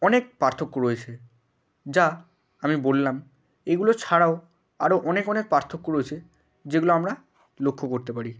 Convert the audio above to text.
অনেক পার্থক্য রয়েছে যা আমি বললাম এগুলো ছাড়াও আরো অনেক অনেক পার্থক্য রয়েছে যেগুলো আমরা লক্ষ্য করতে পারি